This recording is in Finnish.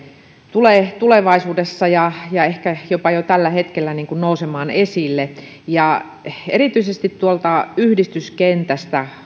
tulee tulevaisuudessa ja ja ehkä jopa jo tällä hetkellä nousemaan esille erityisesti tuolta yhdistyskentältä